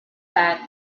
that